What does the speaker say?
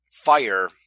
fire